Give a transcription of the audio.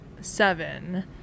seven